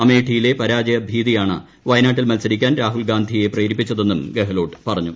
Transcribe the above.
അമേഠിയിലെ പരാജയഭീതിയാണ് വയനാട്ടിൽ മത്സരിക്കാൻ രാഹുൽഗാന്ധിഉയി പ്രേരിപ്പിച്ചതെന്നും ഗഹ്ലോട്ട് പറഞ്ഞു